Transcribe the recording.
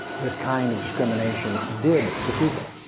this kind of discrimination did to people.